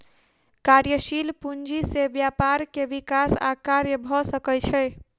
कार्यशील पूंजी से व्यापार के विकास आ कार्य भ सकै छै